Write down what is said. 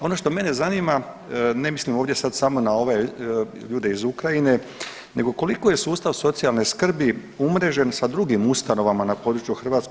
Ono što mene zanima, ne mislim ovdje sad samo na ove ljude iz Ukrajine nego koliko je sustav socijalne skrbi umrežen sa drugim ustanovama na području Hrvatske?